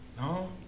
no